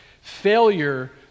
failure